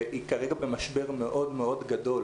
שהיא כרגע במשבר מאוד גדול.